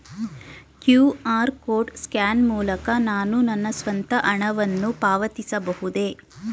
QR code scan ಮೂಲಕ ನಾನು ನನ್ನ ಸ್ವಂತ ಹಣವನ್ನು ಪಾವತಿಸಬಹುದೇ?